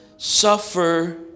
suffer